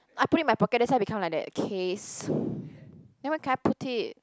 I put it in my pocket that's why become like that okays then where can I put it